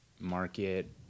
market